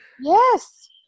yes